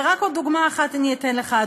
ורק עוד דוגמה אחת אני אתן לך,